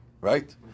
right